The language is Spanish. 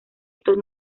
estos